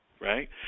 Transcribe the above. right